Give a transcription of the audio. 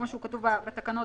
כמו שהוא כתוב בתקנות,